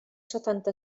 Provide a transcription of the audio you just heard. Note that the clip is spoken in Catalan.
setanta